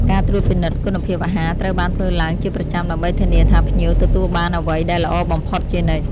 ការត្រួតពិនិត្យគុណភាពអាហារត្រូវបានធ្វើឡើងជាប្រចាំដើម្បីធានាថាភ្ញៀវទទួលបានអ្វីដែលល្អបំផុតជានិច្ច។